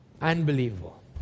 unbelievable